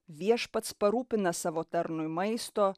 viešpats parūpina savo tarnui maisto